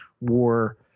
War